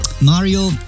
Mario